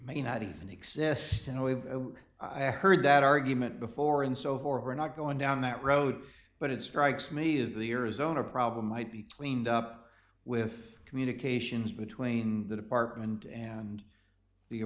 may not even exist and i heard that argument before and so far we're not going down that road but it strikes me as the arizona problem might be cleaned up with communications between the department and the